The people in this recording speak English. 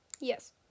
Yes